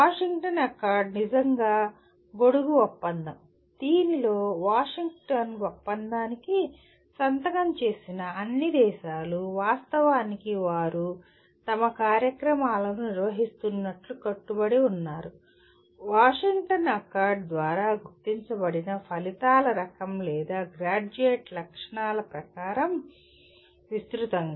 Washington accord నిజంగా గొడుగు ఒప్పందం దీనిలో వాషింగ్టన్ ఒప్పందానికి సంతకం చేసిన అన్ని దేశాలు వాస్తవానికి వారు తమ కార్యక్రమాలను నిర్వహిస్తున్నట్లు కట్టుబడి ఉన్నారు వాషింగ్టన్ అకార్డ్ ద్వారా గుర్తించబడిన ఫలితాల రకం లేదా గ్రాడ్యుయేట్ లక్షణాల ప్రకారం విస్తృతంగా